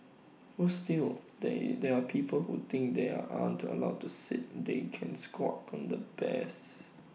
worse still they there are people who think they are aren't allowed to sit they can squat on the bears